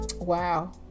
Wow